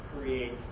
create